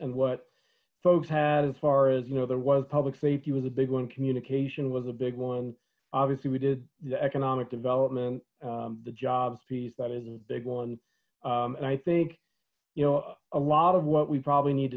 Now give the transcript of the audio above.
and what folks had as far as you know there was public safety was a big one communication was a big one obviously we did the economic development the jobs piece that is a big one and i think you know a lot of what we probably need